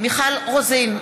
מיכל רוזין,